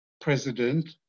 president